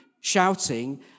shouting